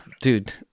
dude